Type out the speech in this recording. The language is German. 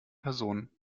person